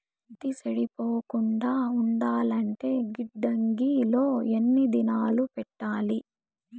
పత్తి చెడిపోకుండా ఉండాలంటే గిడ్డంగి లో ఎన్ని దినాలు పెట్టాలి?